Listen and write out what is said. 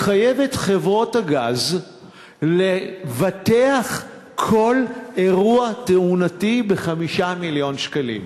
מחייב את חברות הגז לבטח כל אירוע תאונתי ב-5 מיליון שקלים,